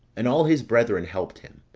and all his brethren helped him,